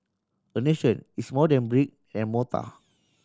a nation is more than brick and mortar